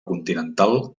continental